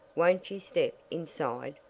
won't you step inside?